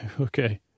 Okay